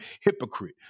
hypocrite